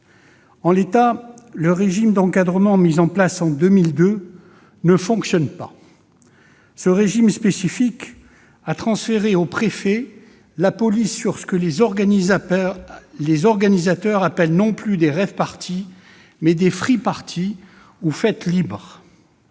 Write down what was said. En l'état, le régime d'encadrement mis en place en 2002 ne fonctionne pas. Ce régime spécifique a transféré aux préfets les pouvoirs de police pour ce que les organisateurs appellent non plus des rave-parties mais des free-parties ou fêtes libres,